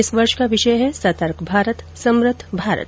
इस वर्ष का विषय है सतर्क भारत समृद्ध भारत